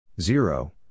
zero